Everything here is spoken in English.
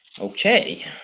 Okay